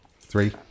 Three